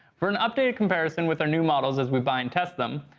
for an updated comparison with new models as we buy and test them,